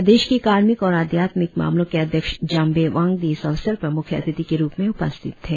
प्रदेश के कार्मिक और आध्यात्मिक मामलों के अध्यक्ष जामबे वांगदी इस अवसर पर मुख्य अतिथि के रुप में उपस्थित थे